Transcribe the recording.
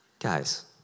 Guys